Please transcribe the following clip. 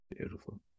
Beautiful